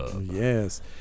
Yes